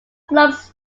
clubs